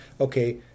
okay